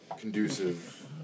Conducive